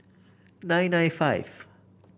nine nine five